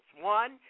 One